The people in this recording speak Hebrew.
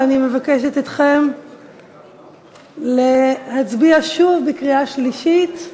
ואני מבקשת מכם להצביע שוב, בקריאה שלישית,